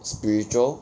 spiritual